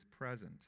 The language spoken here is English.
present